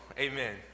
amen